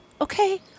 okay